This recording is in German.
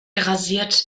grassiert